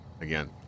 again